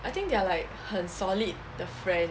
I think they are like 很 solid 的 friend